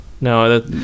no